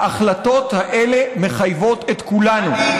ההחלטות האלה מחייבות את כולנו.